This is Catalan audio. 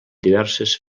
diverses